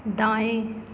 दाएँ